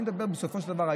אני מדבר בסופו של דבר,